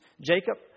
Jacob